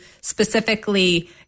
specifically